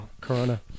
corona